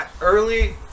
Early